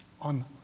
on